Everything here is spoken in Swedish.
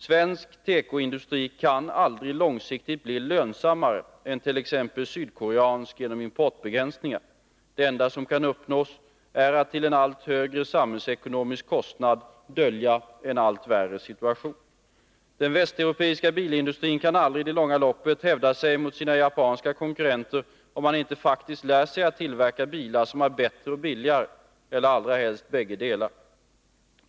Svensk tekoindustri kan aldrig genom importbegränsningar långsiktigt bli lönsammare än t.ex. sydkoreansk — det enda som kan uppnås är att till en allt högre samhällsekonomisk kostnad dölja en allt värre situation. Den västeuropeiska bilindustrin kan aldrig i det långa loppet hävda sig mot sina japanska konkurrenter om man inte faktiskt lär sig att tillverka bilar som är bättre eller billigare, eller allra helst bägge delarna.